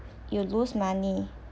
you lose money